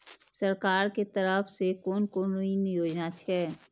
सरकार के तरफ से कोन कोन ऋण योजना छै?